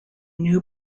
new